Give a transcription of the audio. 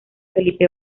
felipe